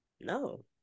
No